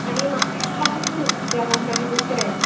आनी म्हाज्या वांगडा आनीक येवपाचें आसा कोण तरी दुसरें